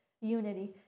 unity